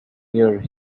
year